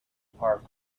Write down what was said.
park